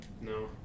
No